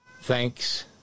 Thanks